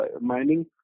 mining